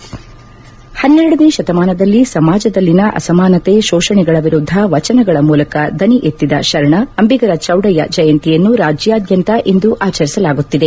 ಪನ್ನೆರಡನೇ ಶತಮಾನದಲ್ಲಿ ಸಮಾಜದಲ್ಲಿನ ಅಸಮಾನತೆ ಶೋಷಣೆಗಳ ವಿರುದ್ದ ವಚನಗಳ ಮೂಲಕ ದನಿ ಎತ್ತಿದ ಶರಣ ಅಂಬಿಗರ ಚೌಡಯ್ಯ ಜಯಂತಿಯನ್ನು ರಾಜ್ಯಾದ್ಯಂತ ಇಂದು ಆಚರಿಸಲಾಗುತ್ತಿದೆ